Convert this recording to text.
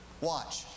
Watch